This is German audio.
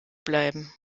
bleiben